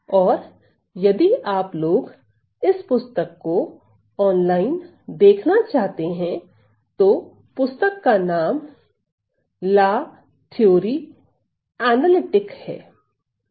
और यदि आप लोग इस पुस्तक को ऑनलाइन देखना चाहते हैं तो पुस्तक का नाम ला थ्योरी अनलिटिक है